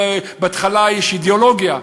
בהתחלה יש אידיאולוגיה,